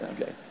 Okay